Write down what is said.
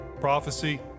prophecy